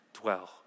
dwell